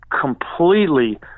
completely